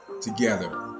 together